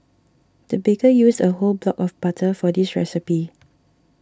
the baker used a whole block of butter for this recipe